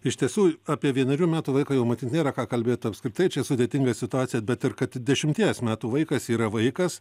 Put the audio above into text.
iš tiesų apie vienerių metų vaiką jau matyt nėra ką kalbėt apskritai čia sudėtinga situacija bet ir kad dešimties metų vaikas yra vaikas